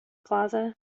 plaza